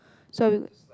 so